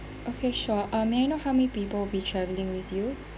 okay sure uh may I know how many people will be traveling with you